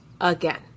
again